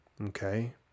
Okay